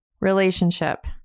relationship